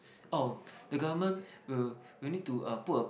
oh the government will will need to uh put a